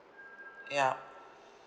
ya